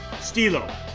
Stilo